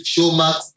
Showmax